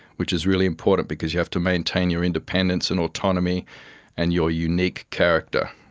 which is really important because you have to maintain your independence and autonomy and your unique character,